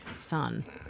son